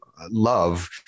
love